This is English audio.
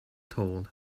told